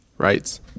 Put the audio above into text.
Writes